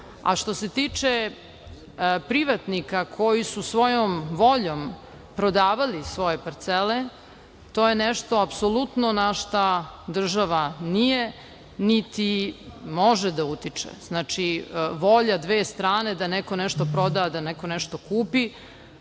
kome. Što se tiče privatnika koji su svojom voljom prodavali svoje parcele, to je nešto apsolutno na šta država nije, niti može da utiče. Volja dve strane da neko nešto proda, da neko nešto kupi,